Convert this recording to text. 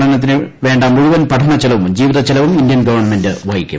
പഠനത്തിന് വേണ്ട മുഴുവൻ പഠന ചെലവും ജീവിത ചെലവും ഇന്ത്യൻ ഗവൺമെന്റ് വഹിക്കും